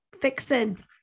fixing